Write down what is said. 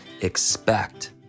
Expect